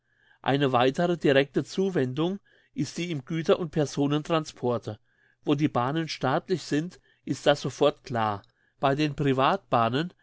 eine weitere directe zuwendung ist die im güter und personentransporte wo die bahnen staatlich sind ist das sofort klar bei den